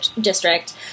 district